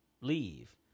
leave